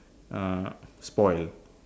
uh spoil